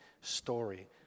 story